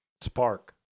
Spark